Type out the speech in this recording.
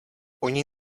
oni